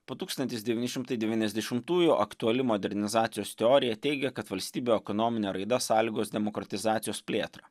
po tūkstantis devyni šimtai devyniasdešimtųjų aktuali modernizacijos teorija teigia kad valstybių ekonominė raida sąlygos demokratizacijos plėtrą